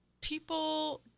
people